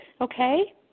okay